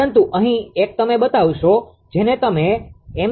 પરંતુ અહીં એક તમે બતાવશો જેને તમે એમ